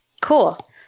Cool